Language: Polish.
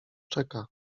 czeka